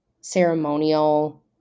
ceremonial